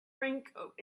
raincoat